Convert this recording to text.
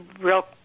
real